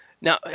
Now